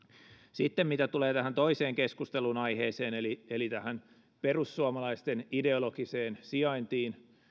sitten mitä tulee tähän toiseen keskustelunaiheeseen eli eli tähän perussuomalaisten ideologiseen sijaintiin